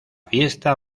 fiesta